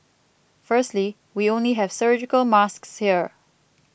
firstly we only have surgical masks here